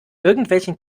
irgendwelchen